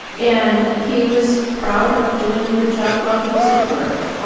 and he was proud of doing a good job while he was at work.